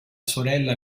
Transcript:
sorella